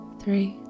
three